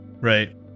Right